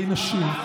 ארגוני נשים,